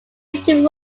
eaten